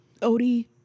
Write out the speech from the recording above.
Odie